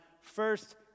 first